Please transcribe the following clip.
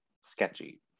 sketchy